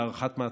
להארכת מעצר,